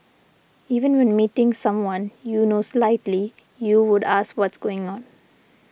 even when meeting someone you know slightly you would ask what's going on